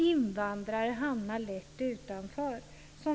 Invandrare hamnar lätt utanför.